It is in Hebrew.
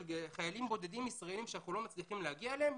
חיילים בודדים ישראליים שאנחנו לא מצליחים להגיע אליהם,